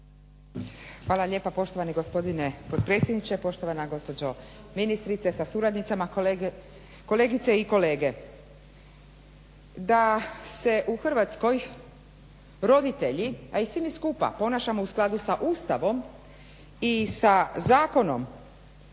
Hvala lijepa poštovani gospodine potpredsjedniče. Poštovana gospođo ministrice sa suradnicama, kolegice i kolege. Da se u Hrvatskoj roditelji, a i svi mi skupa ponašamo u skladu sa Ustavom i sa zakonom